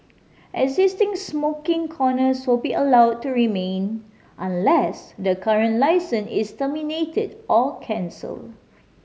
existing smoking corners will be allowed to remain unless the current licence is terminated or cancelled